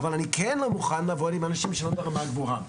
אבל אני כן לא מוכן לעבוד עם אנשים שלא ברמה גבוהה,